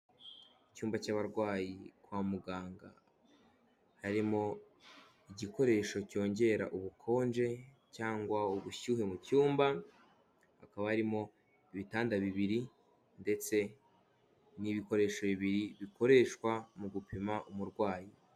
Icyumba cy'abarwayi kwa muganga, harimo igikoresho cyongera ubukonje cyangwa ubushyuhe mu cyumba, hakaba harimo ibitanda bibiri ndetse n'ibikoresho bibiri bikoreshwa mu gupima umurwayi.